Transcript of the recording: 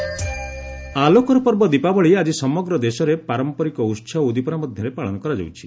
ଦିଓାଲି ଆଲୋକର ପର୍ବ ଦୀପାବଳି ଆଜି ସମଗ୍ର ଦେଶରେ ପାରମ୍ପରିକ ଉତ୍ପାହ ଓ ଉଦ୍ଦୀପନା ମଧ୍ୟରେ ପାଳନ କରାଯାଉଛି